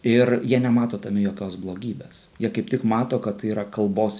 ir jie nemato tame jokios blogybės jie kaip tik mato kad tai yra kalbos